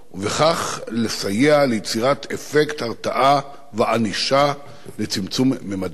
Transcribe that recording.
ובכך לסייע ליצירת אפקט הרתעה וענישה לצמצום ממדי התופעה.